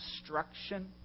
destruction